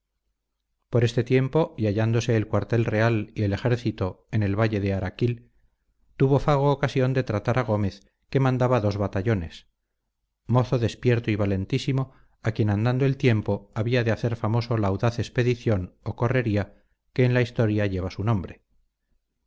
por este tiempo y hallándose el cuartel real y el ejército en el valle de araquil tuvo fago ocasión de tratar a gómez que mandaba dos batallones mozo despierto y valentísimo a quien andando el tiempo había de hacer famoso la audaz expedición o correría que en la historia lleva su nombre